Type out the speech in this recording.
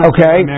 Okay